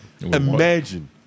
Imagine